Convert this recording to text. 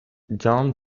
john